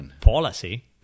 Policy